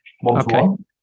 one-to-one